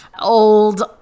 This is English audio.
old